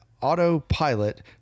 Autopilot